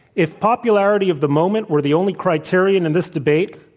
if popularity of the moment were the only criteria in and this debate,